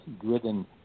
driven